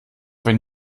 wenn